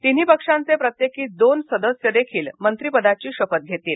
तिन्ही पक्षांचे प्रत्येकी दोन सदस्य देखील मंत्रीपदाची शपथ घेतील